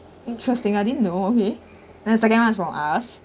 interesting I didn't know okay then second one is from us